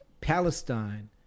Palestine